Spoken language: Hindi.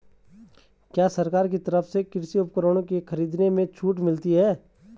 क्या सरकार की तरफ से कृषि उपकरणों के खरीदने में छूट मिलती है?